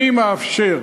אני מאפשר.